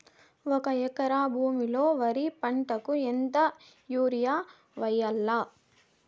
ఒక ఎకరా భూమిలో వరి పంటకు ఎంత యూరియ వేయల్లా?